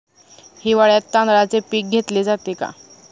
हिवाळ्यात तांदळाचे पीक घेतले जाते का?